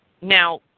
Now